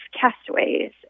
castaways